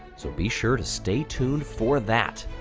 so be sure to stay tuned for that.